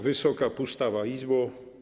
Wysoka Pustawa Izbo!